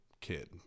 kid